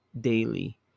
daily